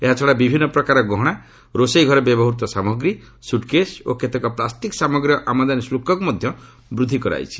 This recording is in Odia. ଏହାଛଡ଼ା ବିଭିନ୍ନ ପ୍ରକାର ଗହଶା ରୋଷେଇ ଘରେ ବ୍ୟବହୃତ ସାମଗ୍ରୀ ସୁଟକେଶ ଓ କେତେକ ପ୍ଲାଷ୍ଟିକ୍ ସାମଗ୍ରୀର ଆମଦାନୀ ଶୁଳ୍କକୁ ମଧ୍ୟ ବୃଦ୍ଧି କରାଯାଇଛି